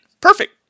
perfect